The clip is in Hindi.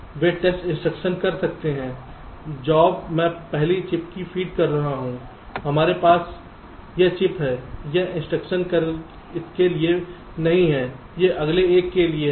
वे टेस्ट इंस्ट्रक्शन कर सकते हैं जॉब मैं पहली चिप को फीड कर रहा हूं हमारे पास यह चिप है यह इंस्ट्रक्शन इसके लिए नहीं है यह अगले एक के लिए है